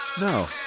No